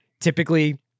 typically